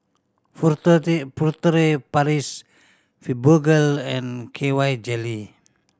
Furtere Paris Fibogel and K Y Jelly